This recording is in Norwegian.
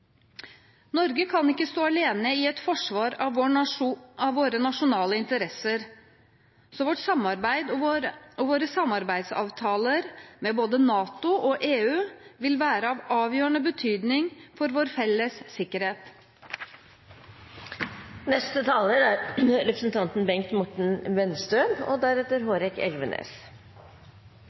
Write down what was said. Norge kan ikke stå alene i et forsvar av våre nasjonale interesser. Så vårt samarbeid og våre samarbeidsavtaler med både NATO og EU vil være av avgjørende betydning for vår felles sikkerhet. I sin halvårlige redegjørelse for Stortinget om viktige EØS- og EU-saker 19. mai sa statsråd Aspaker at de europeiske landene er Norges nære naboer, venner og